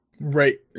Right